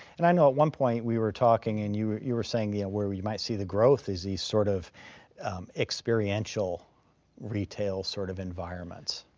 and i know at one point we were talking and you were you were saying yeah where you might see the growth is these sort of experiential retail sort of environments.